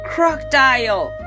Crocodile